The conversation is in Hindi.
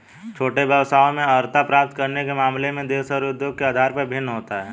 छोटे व्यवसायों में अर्हता प्राप्त करने के मामले में देश और उद्योग के आधार पर भिन्न होता है